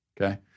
okay